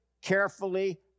carefully